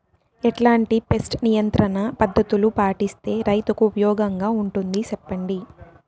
ఎట్లాంటి పెస్ట్ నియంత్రణ పద్ధతులు పాటిస్తే, రైతుకు ఉపయోగంగా ఉంటుంది సెప్పండి?